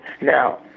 Now